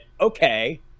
okay